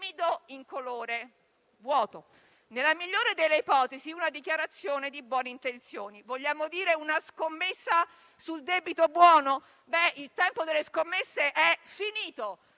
nella migliore delle ipotesi una dichiarazione di buone intenzioni. Vogliamo dire che è una scommessa sul debito buono? Il tempo delle scommesse però è finito!